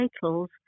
titles